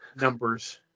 numbers